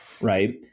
right